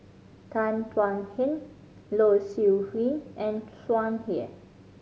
Tan Thuan Heng Low Siew Nghee and Tsung Yeh